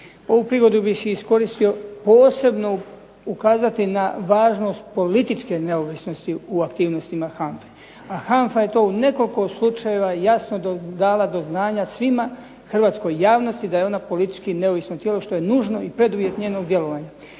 Ovu prigodu bih iskoristio posebno ukazati na važnost političke neovisnosti u aktivnostima HANFA-e. A HANFA je to u nekoliko slučajeva jasno dala do znanja svima, hrvatskoj javnosti, da je ona politički neovisno tijelo što je nužno i preduvjet njenog djelovanja.